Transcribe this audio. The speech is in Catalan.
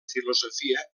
filosofia